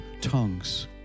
tongues